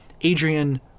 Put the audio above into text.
Adrian